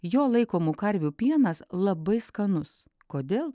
jo laikomų karvių pienas labai skanus kodėl